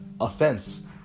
Offense